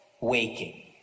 waking